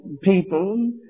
people